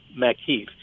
McKeith